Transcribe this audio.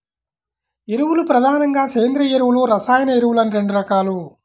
ఎరువులు ప్రధానంగా సేంద్రీయ ఎరువులు, రసాయన ఎరువులు అని రెండు రకాలు